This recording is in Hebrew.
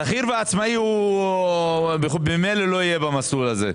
שכיר ועצמאי ממילא לא יהיה במסלול הזה.